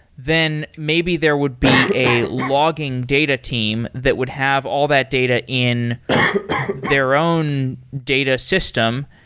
then maybe there would be a logging data team that would have all that data in their own data system.